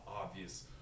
obvious